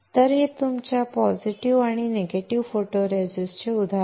तर हे तुमच्या पॉझिटिव्ह आणि निगेटिव्ह फोटोरेसिस्ट चे उदाहरण आहे